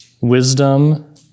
Wisdom